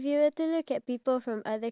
a lot of times